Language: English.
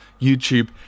YouTube